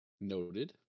Noted